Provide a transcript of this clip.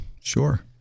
Sure